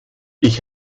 ich